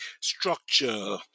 structure